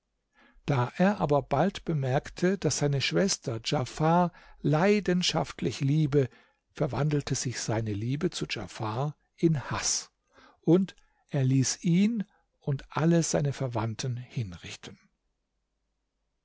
da er aber bald bemerkte daß seine schwester djafar leidenschaftlich liebe verwandelte sich seine liebe zu djafar in haß und er ließ ihn und alle seine verwandten hinrichten